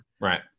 Right